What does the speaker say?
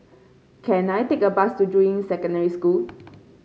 can I take a bus to Juying Secondary School